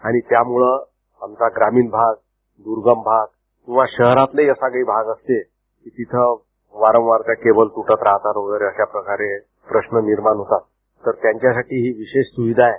आणि त्यामुळे आमचा ग्रामीण भाग दुर्गम भाग किंवा शहरातलाही असा काही भाग असतो की तिथं वारंवार त्या केबल तुटत राहतात व प्रश्न निर्माण होतात तर त्यांच्यासाठी ही विशेष सुविधा आहे